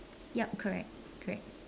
yup correct correct